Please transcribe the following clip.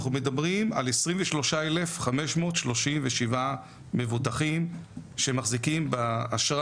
אנחנו מדברים על 24,537 מבוטחים שמחזיקים באשרה